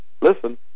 listen